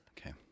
Okay